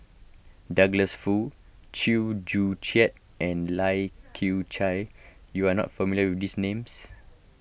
Douglas Foo Chew Joo Chiat and Lai Kew Chai you are not familiar with these names